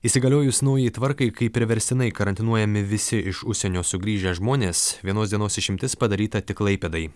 įsigaliojus naujai tvarkai kai priverstinai karantinuojami visi iš užsienio sugrįžę žmonės vienos dienos išimtis padaryta tik klaipėdai